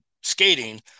skating